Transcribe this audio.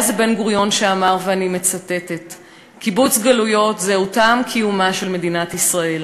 היה זה בן-גוריון שאמר: "קיבוץ גלויות זהו טעם קיומה של מדינת ישראל,